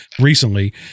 recently